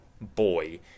boy